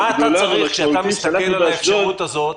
כשאתה מסתכל על האפשרות הזאת,